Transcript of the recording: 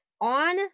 on